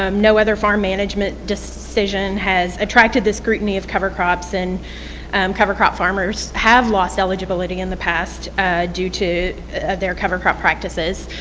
um no other farm management decision has attracted this scrutiny of cover crops and cover crop farmers have lost eligibility in the past due to their cover crop practices.